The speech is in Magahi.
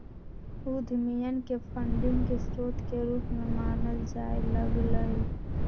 उद्यमियन के फंडिंग के स्रोत के रूप में मानल जाय लग लय